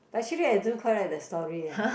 but actually I don't quite like the story eh